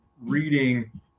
reading